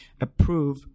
approve